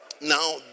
now